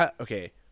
okay